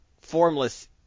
formless